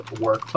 work